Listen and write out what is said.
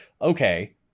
okay